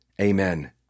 Amen